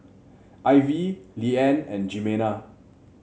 Ivie Leeann and Jimena